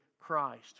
Christ